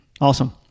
Awesome